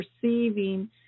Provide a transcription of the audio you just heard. perceiving